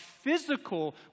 physical